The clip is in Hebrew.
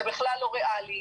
זה בכלל לא ריאלי.